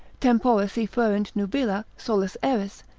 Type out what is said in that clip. tempora si fuerint nubila, solus eris,